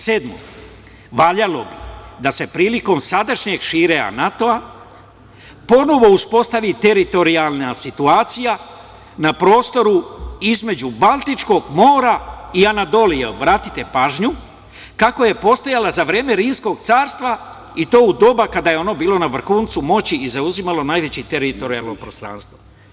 Sedmo – valjalo bi da se prilikom sadašnjeg širenja NATO ponovo uspostavi teritorijalna situacija na prostoru između Baltičkog mora i Anadolije, obratite pažnju, kako je postojala za vreme rimskog carstva i to u doba kada je ono bilo na vrhuncu moći i zauzimalo najveće teritorijalno prostranstvo.